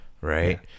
Right